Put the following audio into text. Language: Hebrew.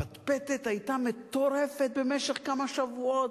היתה פטפטת מטורפת במשך כמה שבועות.